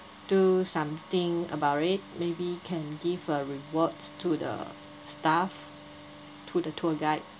do something about it maybe can give a rewards to the staff to the tour guide